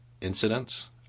incidents